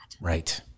right